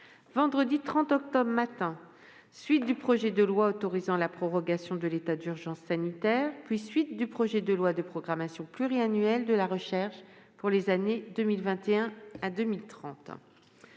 Vendredi 30 octobre 2020 au matin : suite du projet de loi autorisant la prorogation de l'état d'urgence sanitaire, puis suite du projet de loi de programmation pluriannuelle de la recherche pour les années 2021 à 2030